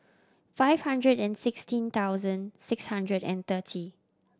five hundred and sixteen thousand six hundred and thirty